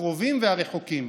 הקרובים והרחוקים: